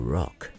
rock